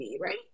right